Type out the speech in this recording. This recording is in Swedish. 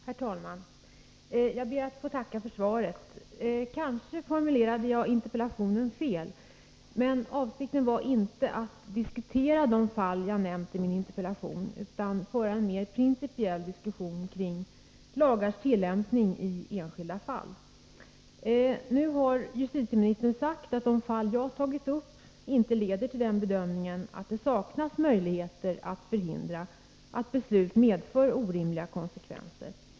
Herr talman! Jag ber att få tacka för svaret. Kanske formulerade jag interpellationen fel, men avsikten var inte att diskutera de fall jag nämnt i min interpellation, utan att föra en mer principiell diskussion kring lagars tillämpning i enskilda fall. Nu har justitieministern sagt att de fall jag har tagit upp inte leder till den bedömningen att det saknas möjligheter att förhindra att beslut medför orimliga konsekvenser.